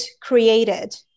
created